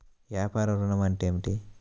వ్యాపార ఋణం అంటే ఏమిటి?